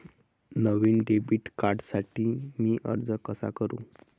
नवीन debit कार्डसाठी मी अर्ज कसा करू?